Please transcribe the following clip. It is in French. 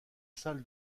salle